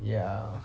ya